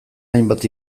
hainbat